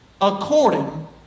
according